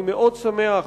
אני מאוד שמח